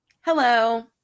Hello